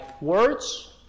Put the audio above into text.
words